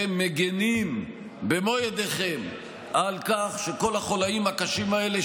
ומגינים במו ידיכם על כך שכל החוליים הקשים האלה,